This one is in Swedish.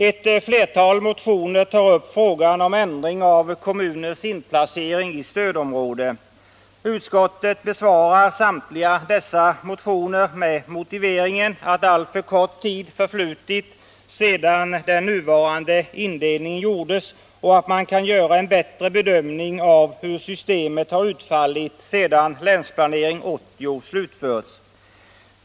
Ett flertal motioner tar upp frågan om ändring av kommuners inplacering i stödområde. Utskottet besvarar samtliga dessa motioner med motiveringen att alltför kort tid förflutit sedan den nuvarande indelningen gjordes och att man kan göra en bättre bedömning av hur systemet har utfallit sedan Länsplanering 80 slutförts.